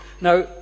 Now